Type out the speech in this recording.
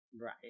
Right